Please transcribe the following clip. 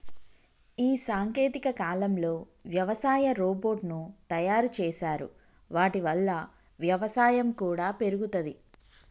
ఈ సాంకేతిక కాలంలో వ్యవసాయ రోబోట్ ను తయారు చేశారు వాటి వల్ల వ్యవసాయం కూడా పెరుగుతది